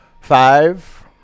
Five